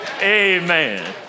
amen